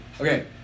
Okay